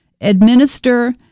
administer